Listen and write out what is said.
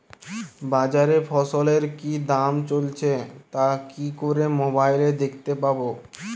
বাজারে ফসলের কি দাম চলছে তা কি করে মোবাইলে দেখতে পাবো?